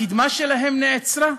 הקדמה שלהם נעצרה.